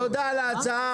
תודה על ההצעה.